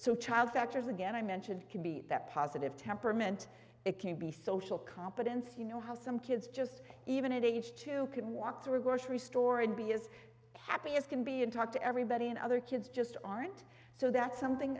so child factors again i mentioned can be that positive temperament it can be social competence you know how some kids just even at age two can walk through a grocery store and be is happy as can be and talk to everybody and other kids just aren't so that's something